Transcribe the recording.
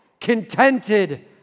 contented